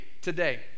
today